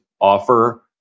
offer